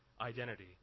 identity